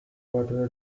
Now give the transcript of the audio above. water